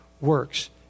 works